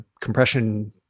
compression